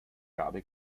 gabe